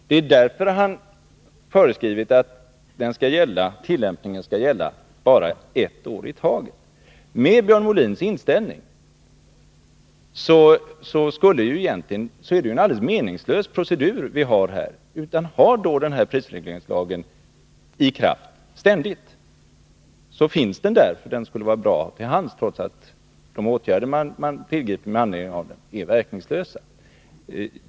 Det är därför han har föreskrivit att tillämpningen skall gälla bara ett år i taget. Med Björn Molins inställning är det ju en alldeles meningslös procedur vi talar om här. Ha i stället lagen i kraft ständigt, så finns den där, när den nu skulle vara bra att ha till hands, trots att de åtgärder man tillgriper med anledning av den är verkningslösa!